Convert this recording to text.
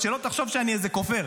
שלא תחשוב שאני איזה כופר,